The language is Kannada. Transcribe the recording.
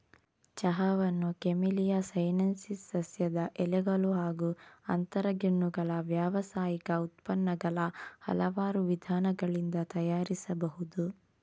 ಚಹಾವನ್ನು ಕೆಮೆಲಿಯಾ ಸೈನೆನ್ಸಿಸ್ ಸಸ್ಯದ ಎಲೆಗಳು ಹಾಗೂ ಅಂತರಗೆಣ್ಣುಗಳ ವ್ಯಾವಸಾಯಿಕ ಉತ್ಪನ್ನಗಳ ಹಲವಾರು ವಿಧಾನಗಳಿಂದ ತಯಾರಿಸಬಹುದು